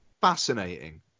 fascinating